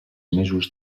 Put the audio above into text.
mesos